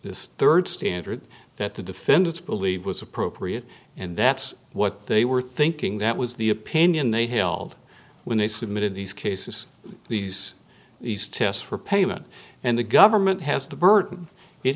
this third standard that the defendants believed was appropriate and that's what they were thinking that was the opinion they held when they submitted these cases these these tests for payment and the government has the burden it